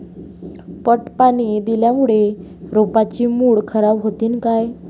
पट पाणी दिल्यामूळे रोपाची मुळ खराब होतीन काय?